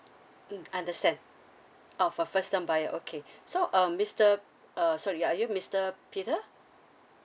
mm understand orh for first time buyer okay so um mister uh sorry ya are you mister peter